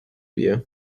you